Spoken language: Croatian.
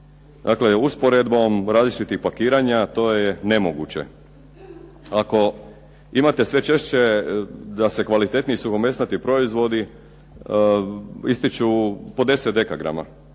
Dakle, usporedbom različitih pakiranja to je nemoguće. Ako imate sve češće da se kvalitetniji suhomesnati proizvodi ističu po 10 dekagrama.